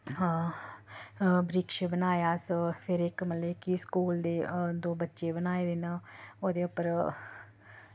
हां बृक्ष बनाया अस फिर इक मतलब कि स्कूल दे दो बच्चे बनाए दे न ओह्दे उप्पर